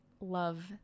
love